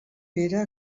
pere